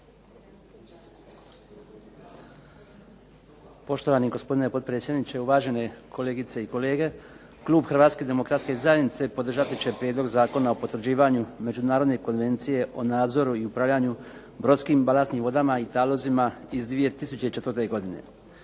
Poštovani gospodine potpredsjedniče, uvažene kolegice i kolege. Klub HDZ-a podržati će prijedlog Zakona o potvrđivanju Međunarodne konvencije o nadzoru i upravljanju brodskim i balastnim vodama i talozima iz 2004. godine.